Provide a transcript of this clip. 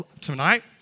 Tonight